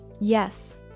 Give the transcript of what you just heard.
Yes